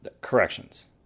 Corrections